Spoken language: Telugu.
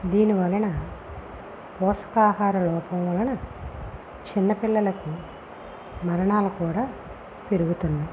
దీనివలన పోషకాహార లోపం వలన చిన్న పిల్లలకు మరణాలు కూడా పెరుగుతున్నాయి